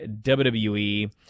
WWE